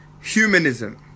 humanism